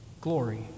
Glory